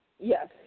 Yes